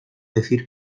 decir